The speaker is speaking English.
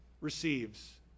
receives